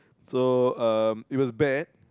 so um it was bad